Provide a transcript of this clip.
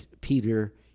Peter